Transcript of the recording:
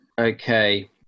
Okay